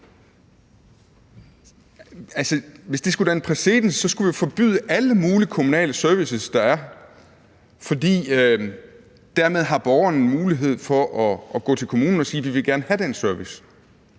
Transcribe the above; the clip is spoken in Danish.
Hvis det skulle danne præcedens, skulle vi forbyde alle mulige kommunale services, for dermed har borgerne mulighed for at gå til kommunen og sige: Vi vil gerne have den service,